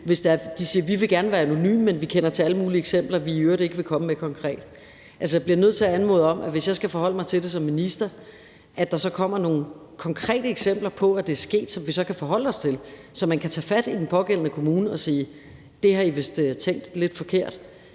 siger, at de gerne vil være anonyme, men kender til alle mulige eksempler, de i øvrigt ikke vil komme med konkret. Jeg bliver nødt til at anmode om, at hvis jeg skal forholde mig til det som minister, kommer der nogle konkrete eksempler på, at det er sket, som vi så kan forholde os til, så man kan tage fat i den pågældende kommune og sige, at det har de vist tænkt lidt forkert.